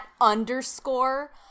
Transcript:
underscore